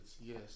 yes